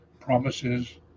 promises